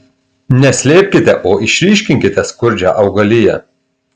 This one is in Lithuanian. ne slėpkite o išryškinkite skurdžią augaliją